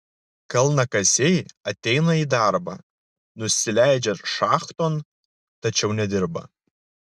kalnakasiai ateina į darbą nusileidžia šachton tačiau nedirba